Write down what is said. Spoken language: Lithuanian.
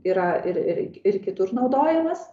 yra ir ir ir kitur naudojamas